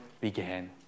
began